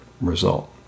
result